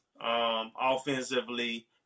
offensively